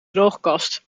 droogkast